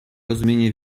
rozumienie